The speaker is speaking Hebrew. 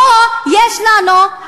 פה יש לנו,